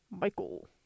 Michael